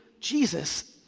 jesus,